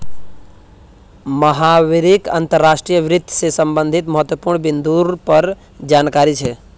महावीरक अंतर्राष्ट्रीय वित्त से संबंधित महत्वपूर्ण बिन्दुर पर जानकारी छे